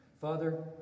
Father